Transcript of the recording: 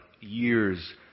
years